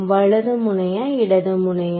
வலது முனையா இடது முனையா